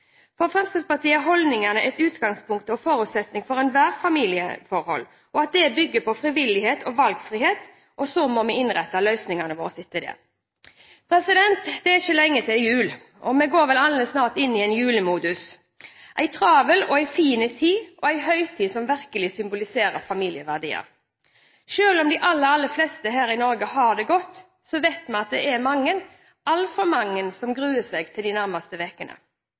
For Fremskrittspartiet er holdningen at utgangspunktet og forutsetningen for ethvert familieforhold at det bygger på frivillighet og valgfrihet, og så må vi innrette løsningene våre etter det. Det er ikke lenge til jul, og vi går vel alle snart inn i en julemodus. Det er en travel og fin tid, en høytid som virkelig symboliserer familieverdier. Selv om de aller fleste her i Norge har det godt, vet vi at det er mange – altfor mange – som gruer seg til de nærmeste